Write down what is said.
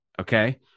okay